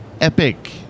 epic